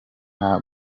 nta